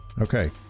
Okay